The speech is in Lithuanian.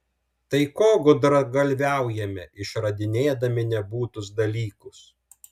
tai ko gudragalviaujame išradinėdami nebūtus dalykus